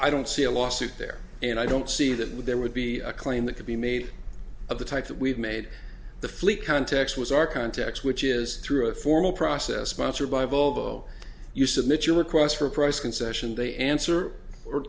i don't see a lawsuit there and i don't see that would there would be a claim that could be made of the type that we've made the fleet context was our context which is through a formal process sponsored by volvo you submit your request for a price concession they answer or